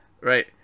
right